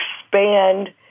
expand